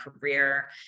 career